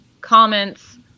comments